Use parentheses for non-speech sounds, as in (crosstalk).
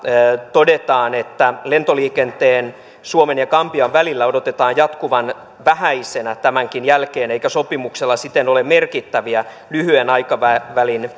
todetaan että lentoliikenteen suomen ja gambian välillä odotetaan jatkuvan vähäisenä tämänkin jälkeen eikä sopimuksella siten ole merkittäviä lyhyen aikavälin (unintelligible)